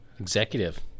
Executive